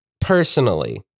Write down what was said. personally